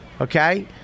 okay